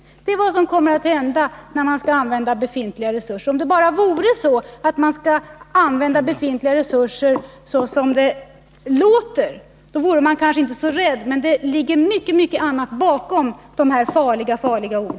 Det är vad som kommer att ske när man skall använda befintliga resurser. Om det bara vore så att man skulle använda befintliga resurser så som begreppet ger ett intryck av, då vore man kanske inte så rädd. Men det ligger mycket annat bakom dessa farliga ord.